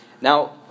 Now